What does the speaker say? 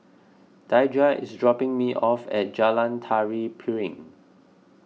Daija is dropping me off at Jalan Tari Piring